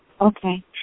Okay